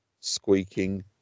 squeaking